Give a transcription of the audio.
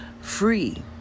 free